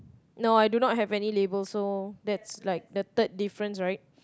no I do not have any labels so that's like the third difference right